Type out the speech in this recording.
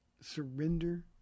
Surrender